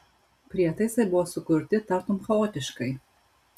prietaisai buvo sukurti tartum chaotiškai